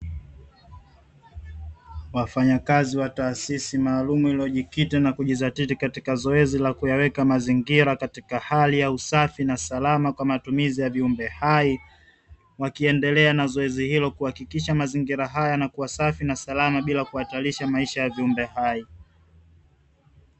Wafanyakazi wa taasisi maalumu iliyojikita na kujizatiti katika zoezi la kuyaweka mazingira katika hali ya usafi na salama kwa matumizi ya viumbe hai, wakiendelea na zoezi hilo kuhakikisha mazingira haya yanakuwa safi na salama bila kuhatarisha maisha ya viumbe hai.